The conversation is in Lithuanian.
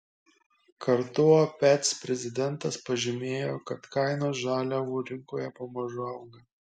kartu opec prezidentas pažymėjo kad kainos žaliavų rinkoje pamažu auga